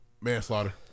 Manslaughter